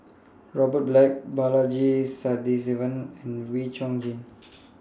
Robert Black Balaji Sadasivan and Wee Chong Jin